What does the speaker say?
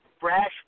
brash